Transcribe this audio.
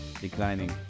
Declining